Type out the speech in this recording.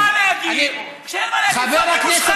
כשאין מה להגיד, חבר כנסת